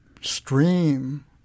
stream